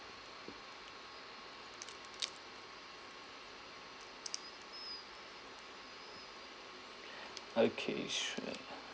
okay sure